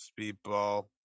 speedball